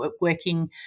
working